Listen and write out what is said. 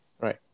right